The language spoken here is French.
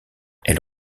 elle